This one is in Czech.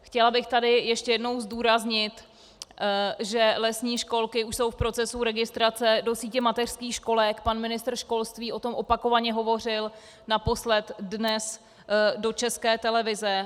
Chtěla bych tady ještě jednou zdůraznit, že lesní školky už jsou v procesu registrace do sítě mateřských školek, pan ministr školství o tom opakovaně hovořil, naposled dnes do České televize.